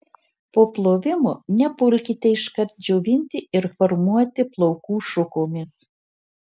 po plovimo nepulkite iškart džiovinti ir formuoti plaukų šukomis